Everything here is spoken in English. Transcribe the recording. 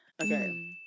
Okay